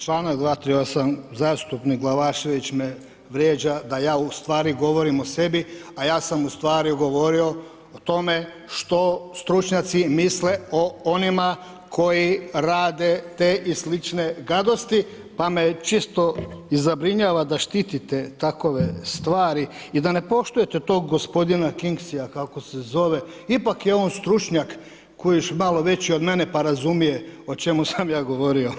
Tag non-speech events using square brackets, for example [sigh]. Članak 238. zastupnik Glavašević me vrijeđa da ja ustvari govorim o sebi a ja sam ustvari govorio o tome što stručnjaci misle o onima koji rade te i slične gadosti pa me čisto i zabrinjava da štitite takve stvari i da ne poštujete tog gospodina … [unintelligible] kako se zove, ipak je on stručnjak, kužiš, malo veći od mene pa razumije o čemu sam ja govorio.